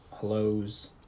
hellos